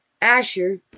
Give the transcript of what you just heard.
Asher